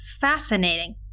Fascinating